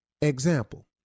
Example